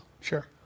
sure